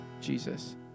Jesus